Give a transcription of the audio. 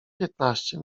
piętnaście